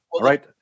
right